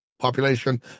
Population